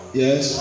yes